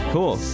Cool